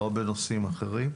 לא בנושאים אחרים,